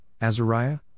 Azariah